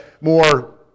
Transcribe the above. more